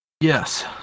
Yes